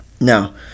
Now